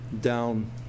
down